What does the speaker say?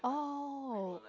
oh